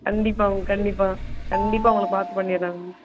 கண்டிப்பாக மேம் கண்டிப்பாக கண்டிப்பாக உங்களுக்கு பார்த்து பண்ணிரலாம் மேம்